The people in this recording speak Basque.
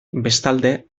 bestalde